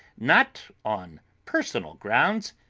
not on personal grounds,